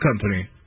company